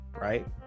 right